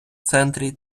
центрі